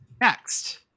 Next